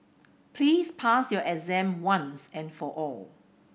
please pass your exam once and for all